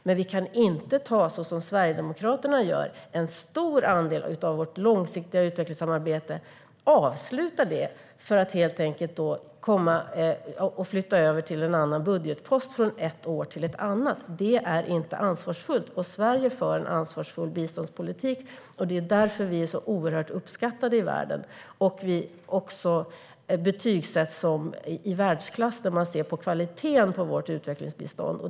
Men vi kan inte - som Sverigedemokraterna gör - ta en stor andel av vårt långsiktiga utvecklingssamarbete och avsluta det för att flytta över medlen till en annan budgetpost från ett år till ett annat. Det är inte ansvarsfullt. Sverige för en ansvarsfull biståndspolitik, och det är därför som vi är så oerhört uppskattade i världen. Vi betygsätts som att vi är i världsklass när man ser på kvaliteten på vårt utvecklingsbistånd.